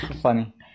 Funny